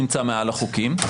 נמצא מעל החוקים,